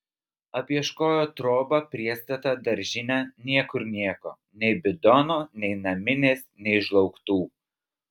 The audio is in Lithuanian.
apieškojo trobą priestatą daržinę niekur nieko nei bidono nei naminės nei žlaugtų